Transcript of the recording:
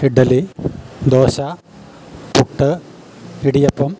idli dosa puttu idiyappam